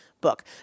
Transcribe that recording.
book